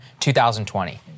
2020